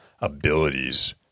abilities